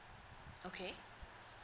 okay